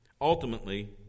Ultimately